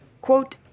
Quote